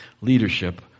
leadership